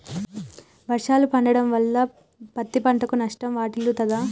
వర్షాలు పడటం వల్ల పత్తి పంటకు నష్టం వాటిల్లుతదా?